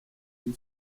ry’i